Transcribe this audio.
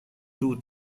دود